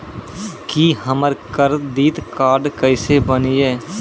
की हमर करदीद कार्ड केसे बनिये?